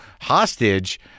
hostage